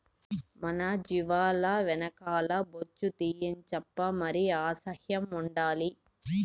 మన జీవాల వెనక కాల్ల బొచ్చు తీయించప్పా మరి అసహ్యం ఉండాలి